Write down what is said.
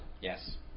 Yes